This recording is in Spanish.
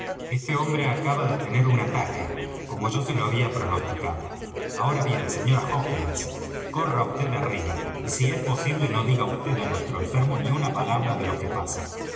este hombre acaba de tener un ataque como yo se lo había pronosticado ahora bien mrs hawkins corra vd arriba y si es posible no diga vd á nuestro enfermo ni una palabra de lo que pasa